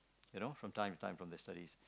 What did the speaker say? you know from time to time from their studies